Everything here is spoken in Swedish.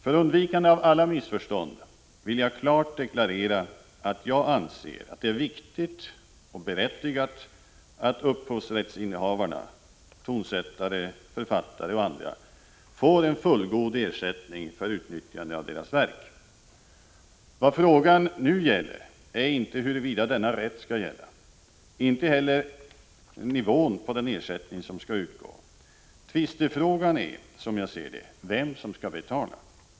För undvikande av alla missförstånd vill jag klart deklarera att jag anser att det är viktigt och berättigat att upphovsrättsinnehavarna — tonsättare, författare och andra — får en fullgod ersättning för utnyttjande av deras verk. Vad frågan nu gäller är inte huruvida denna rätt skall gälla — inte heller nivån på den ersättning som skall utgå. Tvistefrågan är, som jag ser det, vem som skall betala.